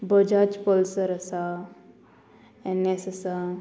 Bajaj Pulsar आसा N S आसा